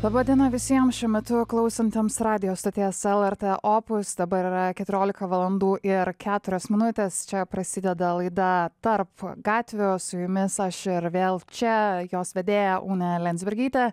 laba diena visiems šiuo metu klausantiems radijo stoties lrt opus dabar yra keturiolika valandų ir keturios minutės čia prasideda laida tarp gatvių su jumis aš ir vėl čia jos vedėja ūnė lendsbergytė